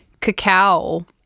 cacao